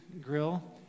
Grill